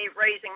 raising